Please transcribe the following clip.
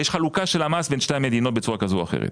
יש חלוקה של המס בין שתי המדינות בצורה כזו או אחרת.